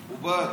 מכובד.